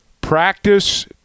practice